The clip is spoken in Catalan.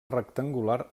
rectangular